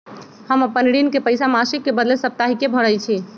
हम अपन ऋण के पइसा मासिक के बदले साप्ताहिके भरई छी